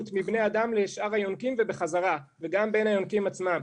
מבני אדם לשאר היונקים ובחזרה וגם בין היונקים עצמם.